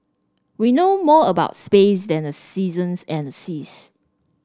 we know more about space than the seasons and seas